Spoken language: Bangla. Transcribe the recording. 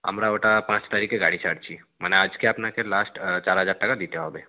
আমরা ওটা পাঁচ তারিখে গাড়ি ছাড়ছি মানে আজকে আপনাকে লাস্ট চার হাজার টাকা দিতে হবে